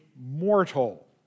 mortal